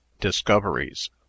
discoveries